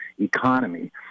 economy